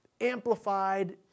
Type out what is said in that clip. amplified